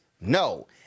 no